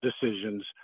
decisions